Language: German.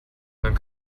dann